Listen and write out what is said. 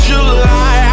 July